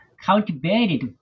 cultivated